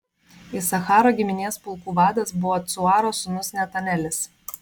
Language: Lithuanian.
isacharo giminės pulkų vadas buvo cuaro sūnus netanelis